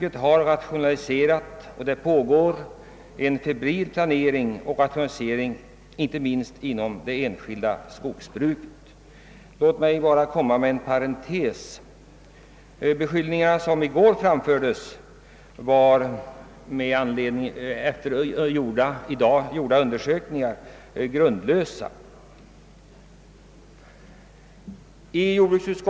Det har genomförts och pågår fortfarande en febril planering och rationalisering inte minst inom det enskilda skogsbruket. Låt mig inom parentes upplysa om att de beskyllningar som uttalades i går enligt i dag gjorda undersökningar till huvudsaklig del är grundlösa.